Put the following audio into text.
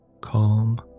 Calm